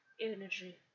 energy